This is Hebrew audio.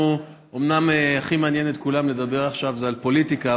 אומנם הכי מעניין את כולם לדבר עכשיו על פוליטיקה,